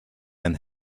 ein